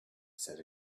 said